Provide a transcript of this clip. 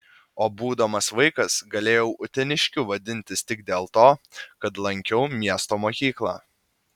o būdamas vaikas galėjau uteniškiu vadintis tik dėl to kad lankiau miesto mokyklą